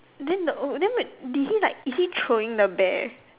then the oh then like did he like is he throwing the bear